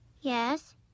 Yes